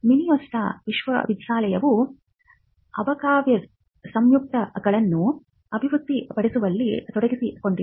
Minnesota ವಿಶ್ವವಿದ್ಯಾಲಯವು abacavir ಸಂಯುಕ್ತಗಳನ್ನು ಅಭಿವೃದ್ಧಿಪಡಿಸುವಲ್ಲಿ ತೊಡಗಿಸಿಕೊಂಡಿದೆ